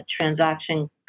transaction